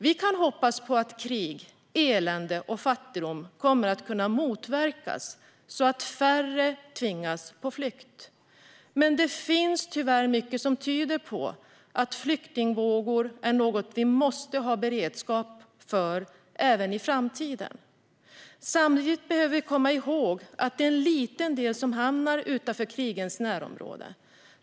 Vi kan hoppas på att krig, elände och fattigdom kommer att kunna motverkas så att färre tvingas på flykt. Men det finns tyvärr mycket som tyder på att flyktingvågor är något vi måste ha beredskap för även i framtiden. Samtidigt behöver vi komma ihåg att det är en liten del som hamnar utanför krigens närområde.